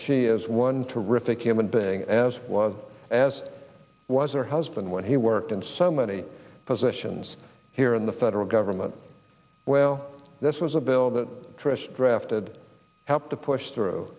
she is one terrific human being as was as was her husband when he worked in so many positions here in the federal government well this was a bill that trish drafted helped to push through